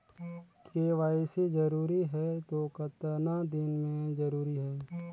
KYC जरूरी हे तो कतना दिन मे जरूरी है?